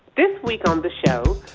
this week on the show,